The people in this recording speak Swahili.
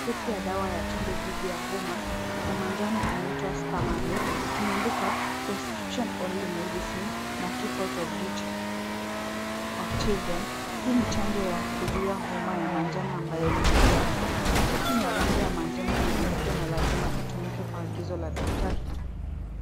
Kiti ya dawa ya chanjo dhidi ya homa ya manjano inaitwa Stamary kimeandikwa, Prescription Only Medicine na Keep out of Reach of Children . Hii ni chanjo ya kuzui homa ya manjano ambayo ni hatari. Pakiti ina rangi ya manjano na nyeupe na lazima itumike kwa agizo la daktari tu.